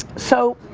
so,